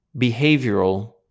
behavioral